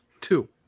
Two